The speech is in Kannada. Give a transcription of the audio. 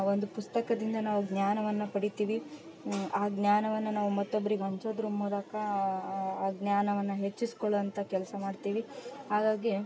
ಒಂದು ಪುಸ್ತಕದಿಂದ ನಾವು ಜ್ಞಾನವನ್ನು ಪಡಿತೀವಿ ಆ ಜ್ಞಾನವನ್ನು ನಾವು ಮತ್ತೊಬ್ಬರಿಗೆ ಹಂಚೋದರ ಮೂಲಕ ಆ ಜ್ಞಾನವನ್ನು ಹೆಚ್ಚಿಸ್ಕೊಳ್ಳೋ ಅಂಥ ಕೆಲಸ ಮಾಡ್ತೀವಿ ಹಾಗಾಗಿ